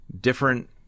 different